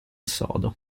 sodo